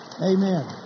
Amen